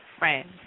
Right